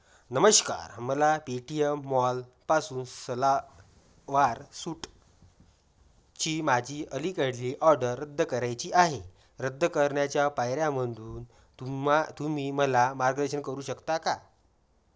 नमस्कार मला पेटीयम मॉलपासून सलवार सूटची माझी अलीकडली ऑर्डर रद्द करायची आहे रद्द करण्याच्या पायऱ्यामधून तुम्मा तुम्ही मला मार्गदर्शन करू शकता का